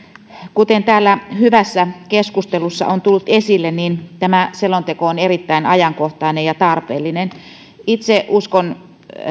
kuten täällä hyvässä keskustelussa on tullut esille tämä selonteko on erittäin ajankohtainen ja tarpeellinen itse uskon